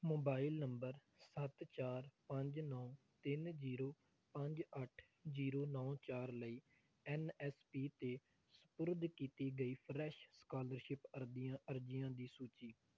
mobile number ਸੱਤ ਚਾਰ ਪੰਜ ਨੌਂ ਤਿੰਨ ਜੀਰੋ ਪੰਜ ਅੱਠ ਜੀਰੋ ਨੌਂ ਚਾਰ ਲਈ ਐੱਨ ਐੱਸ ਪੀ 'ਤੇ ਸਪੁਰਦ ਕੀਤੀ ਗਈ ਫਰੈਸ਼ ਸਕਾਲਰਸ਼ਿਪ ਅਰਦੀਆ ਅਰਜ਼ੀਆਂ ਦੀ ਸੂਚੀ